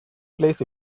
plays